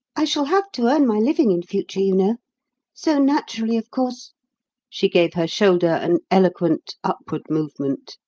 i shall have to earn my living in future, you know so, naturally, of course she gave her shoulder an eloquent upward movement,